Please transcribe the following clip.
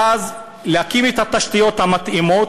ואז להקים את התשתיות המתאימות,